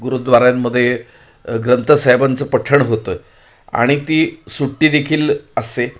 गुरुद्वारांमध्ये ग्रंथसाहिबांचं पठण होतं आणि ती सुट्टी देखील असते